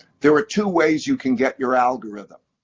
there are two ways you can get your algorithm.